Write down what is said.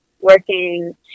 working